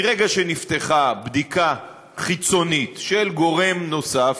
מרגע שנפתחה בדיקה חיצונית של גורם נוסף,